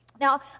now